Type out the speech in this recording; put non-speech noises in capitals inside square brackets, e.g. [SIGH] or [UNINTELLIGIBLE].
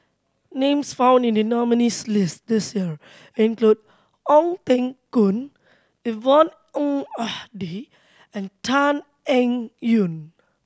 names found in the nominees' list this year include Ong Teng Koon Yvonne Ng [UNINTELLIGIBLE] and Tan Eng Yoon